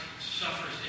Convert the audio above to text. suffers